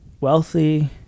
wealthy